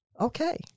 Okay